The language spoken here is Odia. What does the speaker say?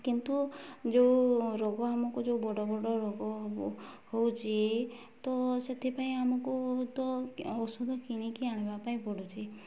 କିନ୍ତୁ ଯେଉଁ ରୋଗ ଆମକୁ ଯେଉଁ ବଡ଼ ବଡ଼ ରୋଗ ହେଉଛି ତ ସେଥିପାଇଁ ଆମକୁ ତ ଔଷଧ କିଣିକି ଆଣିବା ପାଇଁ ପଡ଼ୁଛି